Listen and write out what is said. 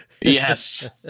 Yes